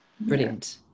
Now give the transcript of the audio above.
Brilliant